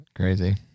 Crazy